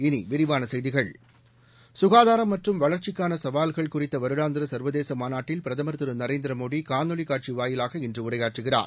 இனி விரிவான செய்திகள் சுகாதாரம் மற்றும் வளா்ச்சிக்கான சவால்கள் குறித்த வருடாந்திர சா்வதேச மாநாட்டில் பிரதம் திரு நரேந்திர மோடி காணொலி காட்சி வாயிலாக இன்று உரையாற்றுகிறார்